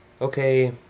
okay